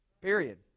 Period